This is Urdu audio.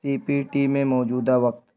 سی پی ٹی میں موجودہ وقت